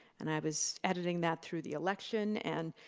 and i was editing that through the election, and